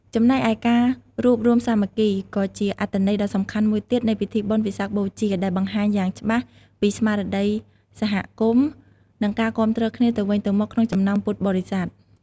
ចំណែកឯការរួបរួមសាមគ្គី ក៏ជាអត្ថន័យដ៏សំខាន់មួយទៀតនៃពិធីបុណ្យវិសាខបូជា ដែលបង្ហាញយ៉ាងច្បាស់ពីស្មារតីសហគមន៍ និងការគាំទ្រគ្នាទៅវិញទៅមកក្នុងចំណោមពុទ្ធបរិស័ទ។